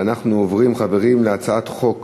ואנחנו עוברים, חברים, להצעת חוק